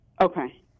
Okay